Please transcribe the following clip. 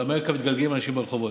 באמריקה מתגלגלים אנשים ברחובות.